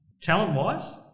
Talent-wise